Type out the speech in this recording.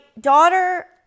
daughter